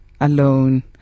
alone